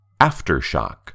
Aftershock